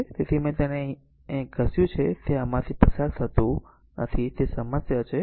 તેથી મેં તેને ત્યાં જે પણ ઘસ્યું છે તે આમાંથી પસાર થતું નથી તે સમસ્યા છે